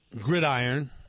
Gridiron